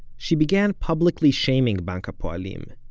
she began publicly shaming bank ha'poalim,